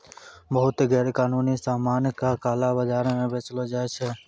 बहुते गैरकानूनी सामान का काला बाजार म बेचलो जाय छै